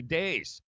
days